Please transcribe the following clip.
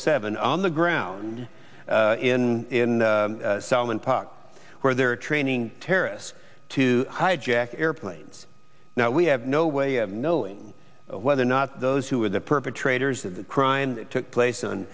seven on the ground in solomon poc where they're training terrorists to hijack airplanes now we have no way of knowing whether or not those who are the perpetrators of the crime took place on